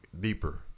deeper